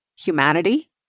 Humanity